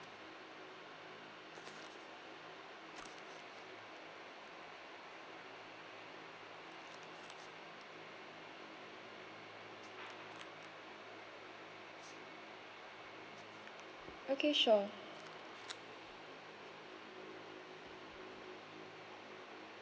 okay sure